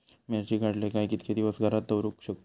मिर्ची काडले काय कीतके दिवस घरात दवरुक शकतू?